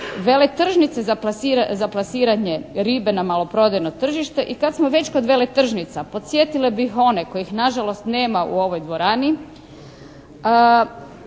Veletržnice za plasiranje ribe na maloprodajno tržište. I kad smo već kod veletržnica podsjetila bih one kojih nažalost nema u ovoj dvorani,